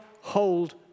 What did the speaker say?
hold